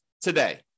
today